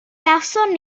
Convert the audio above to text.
gawson